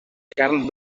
carn